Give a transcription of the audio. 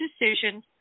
decision